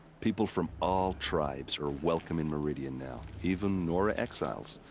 people from all tribes are welcome in meridian now. even nora exiles.